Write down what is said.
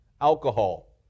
alcohol